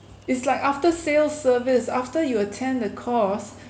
it's like after sales service after you attend the course